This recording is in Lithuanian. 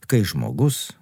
kai žmogus